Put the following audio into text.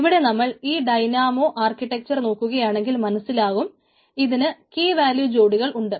ഇവിടെ നമ്മൾ ഈ ഡൈയ്നാമോ ആർക്കിടെക്ച്ചർ നോക്കുകയാണെങ്കിൽ മനസ്സിലാകും ഇതിന് കീവാല്യൂ ജോടികൾ ഉണ്ട്